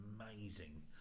amazing